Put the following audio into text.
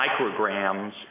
micrograms